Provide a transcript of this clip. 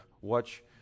watch